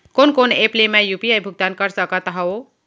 कोन कोन एप ले मैं यू.पी.आई भुगतान कर सकत हओं?